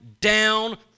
down